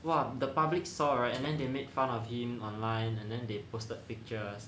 !wah! the public saw right and then they made fun of him online and then they posted pictures